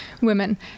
women